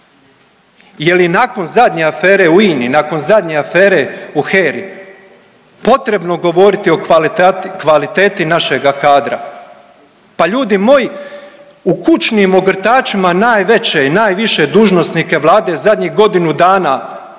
Je li nakon zadnje afere u INA-i, nakon zadnje afere u HERA-i potrebno govoriti o kvaliteti našega kadra? Pa ljudi moji, u kućnim ogrtačima najveće i najviše dužnosnike Vlade zadnjih godinu dana